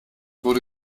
wurde